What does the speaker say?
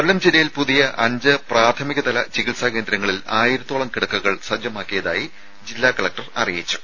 കൊല്ലം ജില്ലയിൽ പുതിയ അഞ്ച് പ്രാഥമികതല ചികിത്സാ കേന്ദ്രങ്ങളിൽ ആയിരത്തോളം കിടക്കകൾ സജ്ജമാക്കിയതായി ജില്ലാ കലക്ടർ അറിയിച്ചു